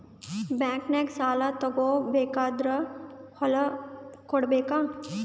ಬ್ಯಾಂಕ್ನಾಗ ಸಾಲ ತಗೋ ಬೇಕಾದ್ರ್ ಹೊಲ ಕೊಡಬೇಕಾ?